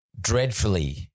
dreadfully